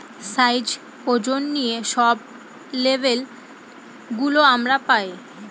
size, ওজন নিয়ে সব লেবেল গুলো আমরা পায়